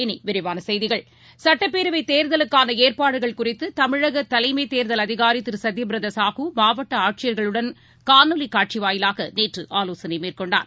இனிவிரிவானசெய்திகள் சுட்டப்பேரவைதேர்தலுக்கானஏற்பாடுகள் குறித்துதமிழகதலைமைதேர்தல் அதிகாரிதிரு சத்தியபிரதாசாஹு மாவட்டஆட்சியர்களுடன் காணொலிகாட்சிவாயிலாகநேற்றுஆலோசனைமேற்கொண்டார்